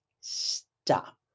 stop